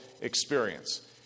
experience